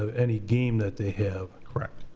ah any game that they have. correct.